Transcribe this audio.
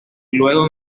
luego